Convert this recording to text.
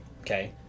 okay